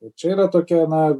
o čia yra tokie na